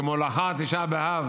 כמו לאחר ט' באב